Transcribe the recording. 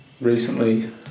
Recently